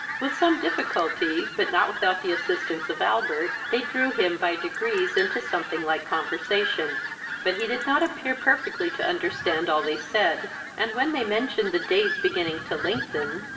with some difficulty, but not without the assistance of albert, they drew him by degrees into something like conversation but he did not appear perfectly to understand all they said and, when they mentioned the days beginning to lengthen,